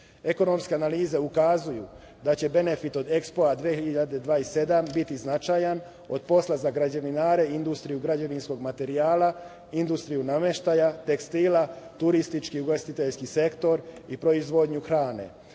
EKSPO-a. Ekonomske analize ukazuju da će benefit od EKSPO-a 2027 biti značajan od posla za građevinare, industriju građevinskog materijala, industriju nameštaja, tekstila, turistički ugostiteljski sektor i proizvodnju hrane,